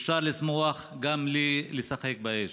אפשר לשמוח גם בלי לשחק באש.